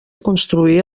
construir